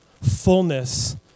fullness